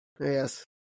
Yes